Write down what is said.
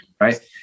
right